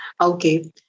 Okay